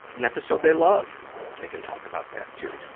an episode they love, they can talk about that, too.